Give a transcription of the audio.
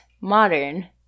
modern